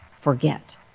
forget